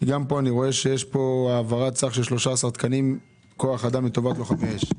פה אני רואה שיש העברת סך של 13 תקנים כוח אדם לטובת לוחמי אש.